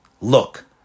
look